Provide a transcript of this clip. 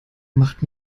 macht